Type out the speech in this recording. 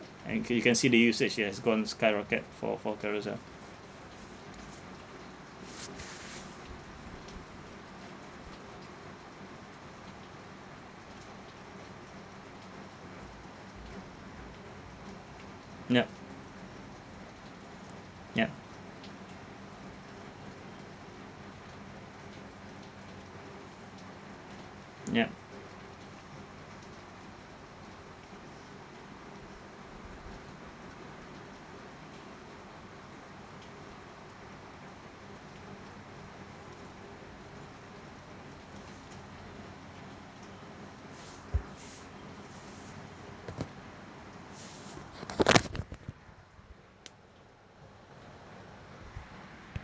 and ca~ you can see the usage it has gone skyrocket for for Carousell yup yup yup